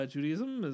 Judaism